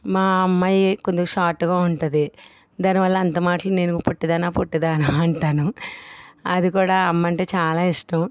మా అమ్మాయి కొంచెం షార్ట్గా ఉంటుంది దాని వల్ల అంత మాట్లు నేను పొట్టి దానా పొట్టి దానా అంటాను అది కూడా అమ్మ అంటే చాలా ఇష్టం